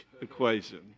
equation